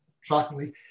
shockingly